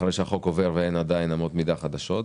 אחרי שהחוק עובר ואין עדיין אמות מידה חדשות.